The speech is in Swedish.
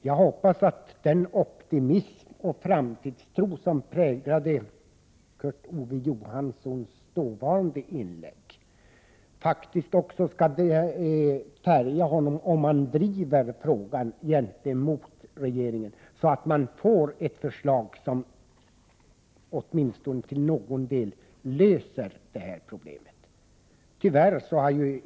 Jag hoppas att den optimism och framtidstro som präglade Kurt Ove Johanssons inlägg då skall färga honom om han driver frågan gentemot regeringen, så att man får ett förslag, som åtminstone till någon del leder till en lösning av detta problem.